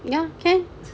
ya can